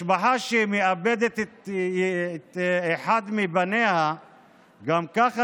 משפחה שמאבדת את אחד מבניה גם ככה